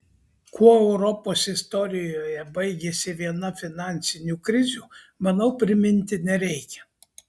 kuo europos istorijoje baigėsi viena finansinių krizių manau priminti nereikia